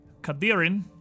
Kadirin